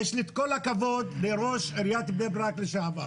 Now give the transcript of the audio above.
יש לי את כל הכבוד לראש עירית בני ברק לשעבר.